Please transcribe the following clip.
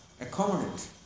Accommodate